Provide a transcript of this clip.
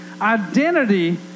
Identity